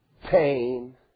pain